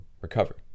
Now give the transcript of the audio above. recover